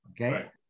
okay